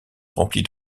remplis